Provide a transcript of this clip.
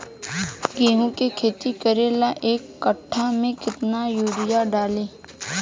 गेहूं के खेती करे ला एक काठा में केतना युरीयाँ डाली?